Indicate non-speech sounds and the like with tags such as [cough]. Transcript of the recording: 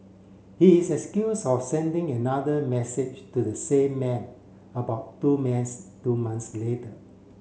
he is [unintelligible] of sending another message to the same man about two [unintelligible] two months later